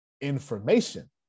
Information